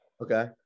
Okay